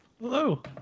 Hello